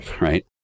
right